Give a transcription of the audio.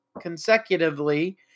consecutively